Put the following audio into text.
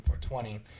4.20